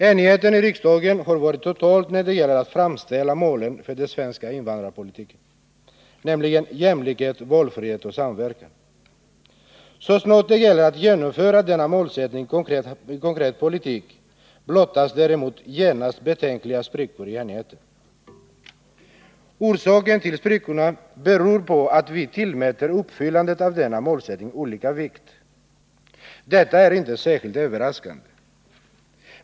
Enigheten i riksdagen har varit total när det gällt att fastställa målen för den svenska invandrarpolitiken — jämlikhet, valfrihet och samverkan. Så snart det gäller att genomföra denna målsättning i konkret politik, blottas däremot genast betänkliga sprickor i enheten. Orsaken till sprickorna är att vi tillmäter uppfyllandet av denna målsättning olika vikt. Detta är inte särskilt överraskande.